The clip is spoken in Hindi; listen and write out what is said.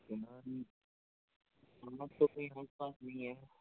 यहाँ तो कोई आस पास नहीं है